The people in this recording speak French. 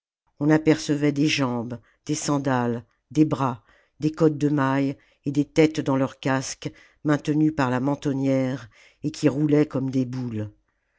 on apercevait des jambes des sandales des bras des cottes de mailles et des têtes dans leurs casques maintenues par la mentonnière et qui roulaient comme des boules